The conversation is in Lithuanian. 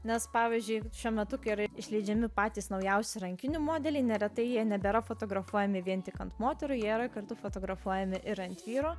nes pavyzdžiui šiuo metu kai yra išleidžiami patys naujausi rankinių modeliai neretai jie nebėra fotografuojami vien tik ant moterų jie yra kartu fotografuojami ir ant vyrų